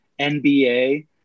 NBA